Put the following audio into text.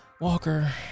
Walker